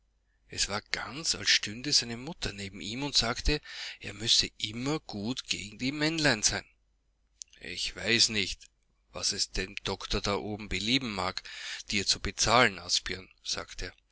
es war ganz als stünde seine mutter neben ihm und sagte er müsse immer gut gegen die männlein sein ich weiß nicht was es dem doktor da oben belieben mag dir zu bezahlen asbjörn sagteer